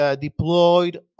Deployed